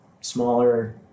smaller